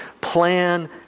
plan